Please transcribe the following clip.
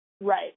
Right